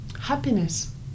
happiness